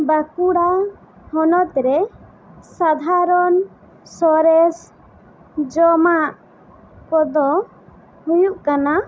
ᱵᱟᱸᱠᱩᱲᱟ ᱦᱚᱱᱚᱛ ᱨᱮ ᱥᱟᱫᱷᱟᱨᱚᱱ ᱥᱚᱨᱮᱥ ᱡᱚᱢᱟᱜ ᱠᱚᱫᱚ ᱦᱩᱭᱩᱜ ᱠᱟᱱᱟ